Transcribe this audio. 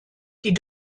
die